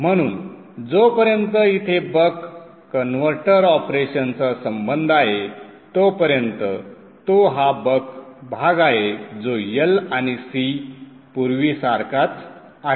म्हणून जोपर्यंत इथे बक कन्व्हर्टर ऑपरेशनचा संबंध आहे तोपर्यंत तो हा बक भाग आहे जो L आणि C पूर्वीसारखाच आहे